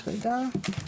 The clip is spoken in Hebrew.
רק רגע.